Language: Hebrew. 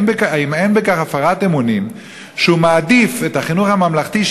האם אין בכך הפרת אמונים שהוא מעדיף את החינוך הממלכתי,